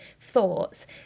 thoughts